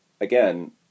again